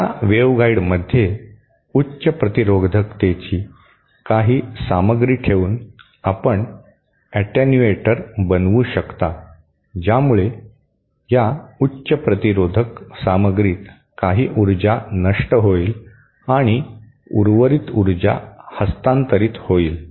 त्या वेव्हगाईडमध्ये उच्च प्रतिरोधकतेची काही सामग्री ठेवून आपण ऍटेन्युएटर बनवू शकता ज्यामुळे या उच्च प्रतिरोधक सामग्रीत काही ऊर्जा नष्ट होईल आणि उर्वरित ऊर्जा हस्तांतरित होईल